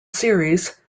series